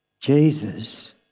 Jesus